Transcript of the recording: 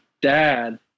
dad